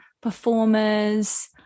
performers